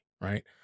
Right